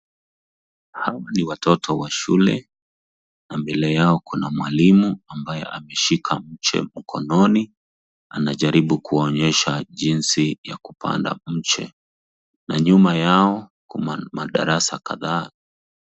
Hawa ni watoto wa shule na mbele yao kuna mwalimu ambaye ameshika mche mkononi, anajaribu kuwaonyesha jinsi ya kupanda mche. Na nyuma yao kuna madarasa kadhaa.